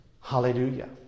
Hallelujah